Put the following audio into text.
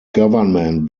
government